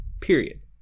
Period